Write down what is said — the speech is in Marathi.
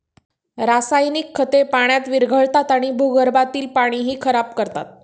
रासायनिक खते पाण्यात विरघळतात आणि भूगर्भातील पाणीही खराब करतात